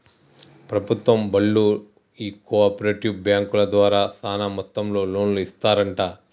ప్రభుత్వం బళ్ళు ఈ కో ఆపరేటివ్ బాంకుల ద్వారా సాన మొత్తంలో లోన్లు ఇస్తరంట